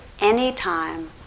Anytime